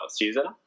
season